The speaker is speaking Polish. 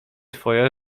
twoje